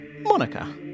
Monica